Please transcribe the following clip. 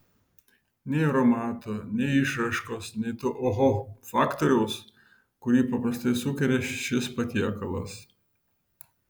nei aromato nei išraiškos nei to oho faktoriaus kurį paprastai sukelia šis patiekalas